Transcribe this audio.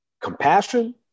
compassion